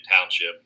Township